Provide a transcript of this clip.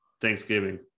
thanksgiving